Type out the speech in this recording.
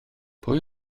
pwy